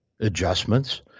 adjustments